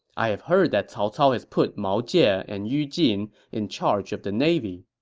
i have heard that cao cao has put mao jie and yu jin in charge of the navy.